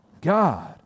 god